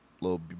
little